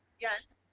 yes.